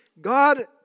God